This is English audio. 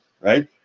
Right